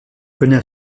connaît